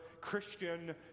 Christian